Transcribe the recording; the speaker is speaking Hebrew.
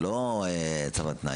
זה לא צו על תנאי,